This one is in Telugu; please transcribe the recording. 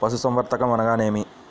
పశుసంవర్ధకం అనగా ఏమి?